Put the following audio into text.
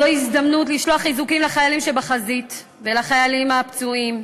זו הזדמנות לשלוח חיזוקים לחיילים שבחזית ולחיילים הפצועים,